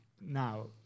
now